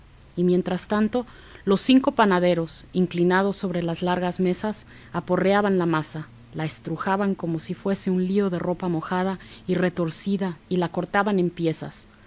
y mientras tanto los cinco panaderos inclinados sobre las largas mesas aporreaban la masa la estrujaban como si fuese un lío de ropa mojada y retorcida y la cortaban